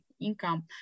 income